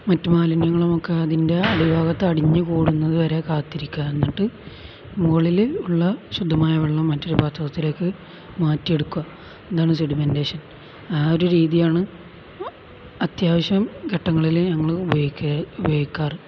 മറ്റു മാലിന്യങ്ങളുമൊക്കെ അതിൻ്റെ അടിഭാഗത്ത് അടിഞ്ഞുകൂടുന്നതുവരെ കാത്തിരിക്കുക എന്നിട്ട് മുകളിലുള്ള ശുദ്ധമായ വെള്ളം മറ്റൊരു പാത്രത്തിലേക്കു മാറ്റിയെടുക്കുക ഇതാണ് സെഡിമെന്റേഷൻ ആ ഒരു രീതിയാണ് അത്യാവശ്യം ഘട്ടങ്ങളില് ഞങ്ങള് ഉപയോഗിക്കാറ്